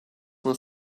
will